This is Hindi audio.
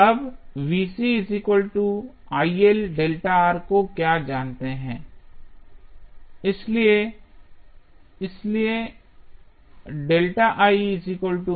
अब आप को क्या जानते हैं